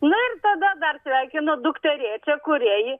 nu ir tada dar sveikinu dukterėčią kuriai